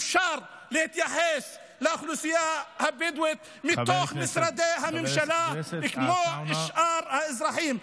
אפשר להתייחס לאוכלוסייה הבדואית מתוך משרדי הממשלה כמו לשאר האזרחים.